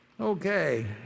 Okay